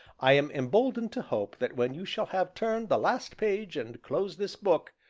i am emboldened to hope that when you shall have turned the last page and closed this book,